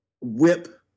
whip